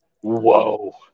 whoa